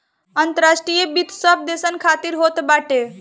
अंतर्राष्ट्रीय वित्त सब देसन खातिर होत बाटे